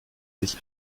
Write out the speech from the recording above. sich